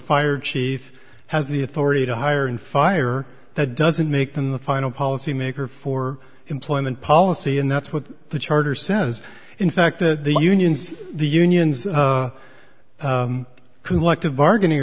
fire chief has the authority to hire and fire that doesn't make them the final policy maker for employment policy and that's what the charter says in fact that the unions the unions collective bargaining